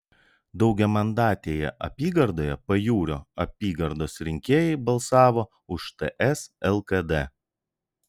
daugiamandatėje apygardoje pajūrio apygardos rinkėjai balsavo už ts lkd